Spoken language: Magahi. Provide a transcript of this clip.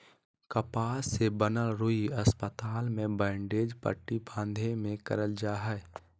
कपास से बनल रुई अस्पताल मे बैंडेज पट्टी बाँधे मे करल जा हय